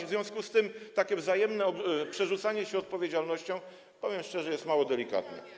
W związku z tym takie wzajemne przerzucanie się odpowiedzialnością jest, powiem szczerze, mało delikatne.